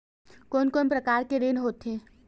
कोन कोन प्रकार के ऋण होथे?